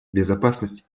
безопасность